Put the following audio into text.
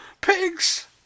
Pigs